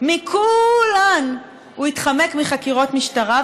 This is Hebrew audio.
בכולן הוא התחמק מחקירות משטרה.